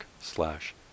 slash